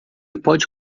pode